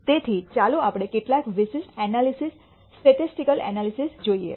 તેથી ચાલો આપણે કેટલાક વિશિષ્ટ ઍનાલિસિસ સ્ટેટિસ્ટિકલ ઍનાલિસિસ જોઈએ